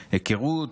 היכרות,